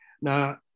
Now